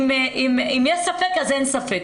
אם יש ספק אין ספק,